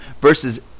versus